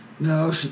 No